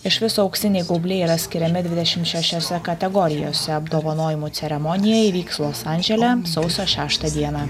iš viso auksiniai gaubliai yra skiriami dvidešim šešiose kategorijose apdovanojimų ceremonija įvyks los andžele sausio šeštą dieną